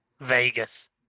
Vegas